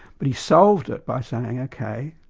but he solved it by saying ok,